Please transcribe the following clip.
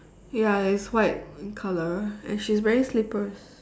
ya it's white in color and she is wearing slippers